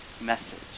message